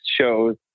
shows